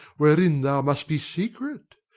wherein thou must be secret.